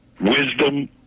wisdom